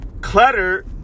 clutter